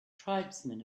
tribesmen